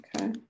Okay